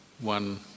one